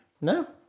No